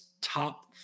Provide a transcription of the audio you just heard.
top